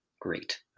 great